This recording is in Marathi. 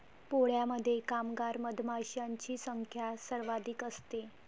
पोळ्यामध्ये कामगार मधमाशांची संख्या सर्वाधिक असते